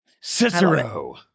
Cicero